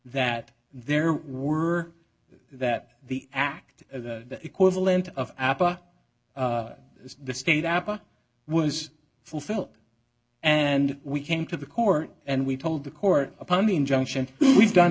that there were that the act of the equivalent of apa the state opera was fulfilled and we came to the court and we told the court upon the injunction we've done